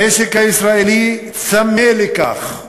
המשק הישראלי צמא לכך.